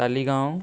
Taleigao